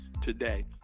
today